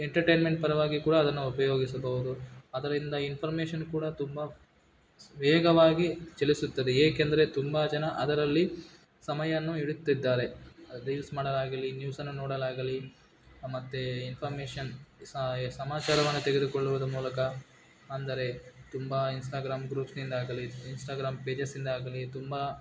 entertainment ಪರವಾಗಿ ಕೂಡ ಅದನ್ನು ಉಪಯೋಗಿಸಬಹುದು ಅದರಿಂದ ಇನ್ಫರ್ಮೇಷನ್ ಕೂಡ ತುಂಬ ವೇಗವಾಗಿ ಚಲಿಸುತ್ತದೆ ಏಕೆಂದರೆ ತುಂಬ ಜನ ಅದರಲ್ಲಿ ಸಮಯವನ್ನ ಇಡುತ್ತಿದ್ದಾರೆ ರೀಲ್ಸ್ ಮಾಡೋದಾಗಲಿ ನ್ಯೂಸನ್ನು ನೋಡಲಾಗಲಿ ಮತ್ತೆ ಇನ್ಫರ್ಮೇಷನ್ ಸಮಾಚಾರವನ್ನು ತೆಗೆದುಕೊಳ್ಳುವುದರ ಮೂಲಕ ಅಂದರೆ ತುಂಬ ಇನ್ಸ್ಟಾಗ್ರಾಮ್ ಗ್ರೂಪ್ನಿಂದಾಗಲಿ ಇನ್ಸ್ಟಾಗ್ರಾಮ್ ಪೇಜಸ್ಸಿಂದಾಗಲಿ ತುಂಬ